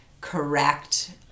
correct